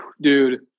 dude